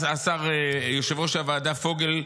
יושב-ראש הוועדה פוגל,